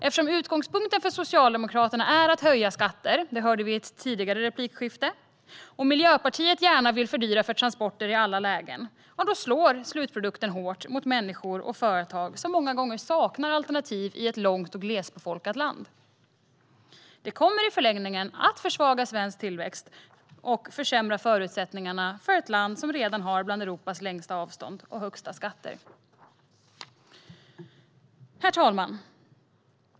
Eftersom utgångspunkten för Socialdemokraterna är att höja skatter - det hörde vi i ett tidigare replikskifte - och Miljöpartiet gärna vill fördyra transporter i alla lägen slår slutprodukten hårt mot människor och företag som många gånger saknar alternativ i ett långt och glesbefolkat land. Det kommer i förlängningen att försvaga svensk tillväxt och försämra förutsättningarna för ett land som redan har bland Europas längsta avstånd och högsta skatter. Herr talman!